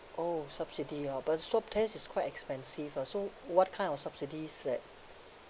oh subsidy ah but swab test is quite expensive ah so what kind of subsidies that